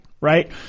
right